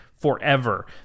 forever